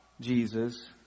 Jesus